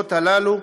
היכולות הללו,